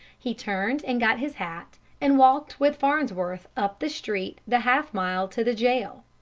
he turned and got his hat, and walked with farnsworth up the street the half-mile to the jail.